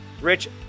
Rich